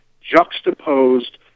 juxtaposed